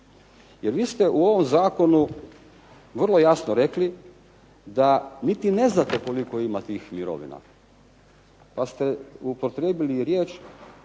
Jer vi ste u ovom zakonu vrlo jasno rekli da niti ne znate koliko ima tih mirovina. Pa ste upotrijebili riječ